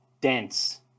dense